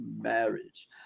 marriage